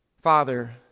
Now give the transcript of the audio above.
father